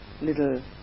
little